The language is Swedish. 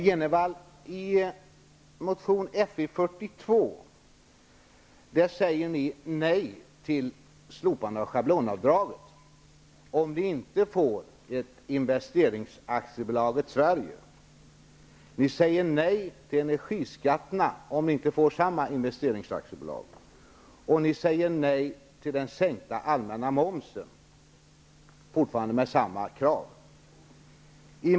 Herr talman! I motion Fi42, Bo Jenevall, säger ni nej till slopande av schablonavdraget om vi inte får Investeringsaktiebolaget Sverige. Ni säger nej till energiskatterna om vi inte får samma investeringsaktiebolag, och ni säger nej till sänkningen av den allmänna momsen -- fortfarande med samma krav.